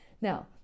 Now